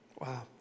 Wow